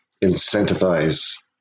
incentivize